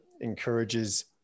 encourages